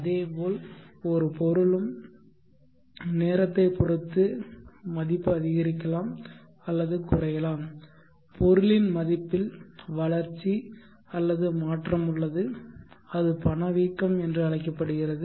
அதேபோல் ஒரு பொருளும் நேரத்தை பொருத்து மதிப்பு அதிகரிக்கலாம் அல்லது குறையலாம் பொருளின் மதிப்பில் வளர்ச்சி அல்லது மாற்றம் உள்ளது அது பணவீக்கம் என்று அழைக்கப்படுகிறது